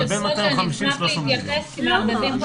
--- אשמח להתייחס כי מערבבים פה הרבה מאוד דברים.